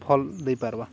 ଫଲ୍ ଦେଇପାର୍ବା